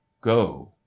go